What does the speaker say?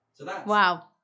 Wow